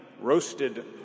roasted